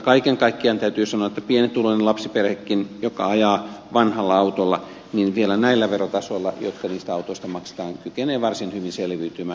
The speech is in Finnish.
kaiken kaikkiaan täytyy sanoa että pienituloinen lapsiperhekin joka ajaa vanhalla autolla niin vielä näillä verotasoilla jotka niistä autoista maksetaan kykenee varsin hyvin selviytymään